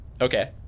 Okay